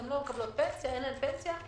אין להן פנסיה.